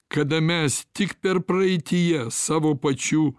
kada mes tik per praeityje savo pačių